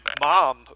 mom